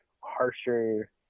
harsher